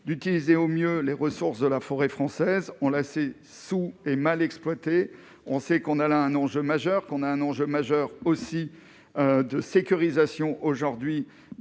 d'utiliser au mieux les ressources de la forêt française enlacés sous et mal exploité : on sait qu'on a là un enjeu majeur qu'on a un enjeu majeur aussi de sécurisation aujourd'hui